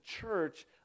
church